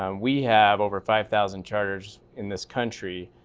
um we have over five thousand charters in this country.